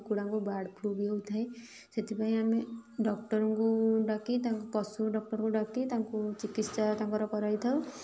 କୁକୁଡ଼ାଙ୍କୁ bird flu ବି ହେଉଥାଏ ସେଥିପାଇଁ ଆମେ ଡ଼କ୍ଟରଙ୍କୁ ଡ଼ାକି ତାଙ୍କୁ ପଶୁ ଡ଼କ୍ଟରଙ୍କୁ ଡାକି ତାଙ୍କୁ ଚିକିତ୍ସା ତାଙ୍କର କରାଇଥାଉ